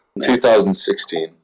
2016